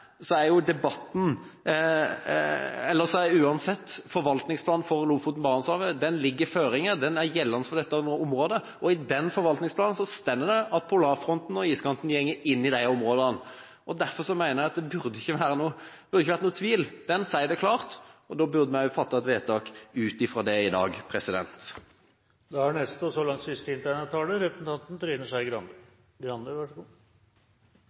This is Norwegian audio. så sier ja eller nei. Jeg opplever at det i beste fall har vært litt skjult. Uavhengig av definisjonen som vi legger til grunn om hvor iskanten og polarfronten er, legger uansett forvaltningsplanen for Lofoten og Vesterålen føringer, den er gjeldende for dette området, og i den forvaltningsplanen står det at polarfronten og iskanten går inn i disse områdene. Derfor mener jeg at det ikke burde være noen tvil, den sier det klart, og da burde vi også fattet et vedtak ut fra det i dag. Nå holdt representanten Ropstad et så